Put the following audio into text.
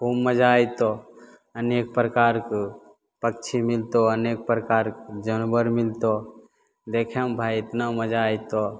खूब मजा अएतऽ अनेक प्रकारके पक्षी मिलतऽ अनेक प्रकारके जानवर मिलतऽ देखैमे भाइ एतना मजा अएतऽ